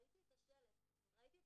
קשים של